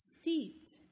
steeped